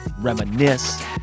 reminisce